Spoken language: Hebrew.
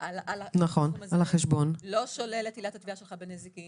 את הסכום הזה זה לא שולל את עילת התביעה שלך בנזיקין,